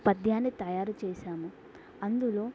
పద్యాన్ని తయారు చేసాము అందులో